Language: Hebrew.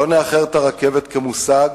לא נאחר את הרכבת כמושג,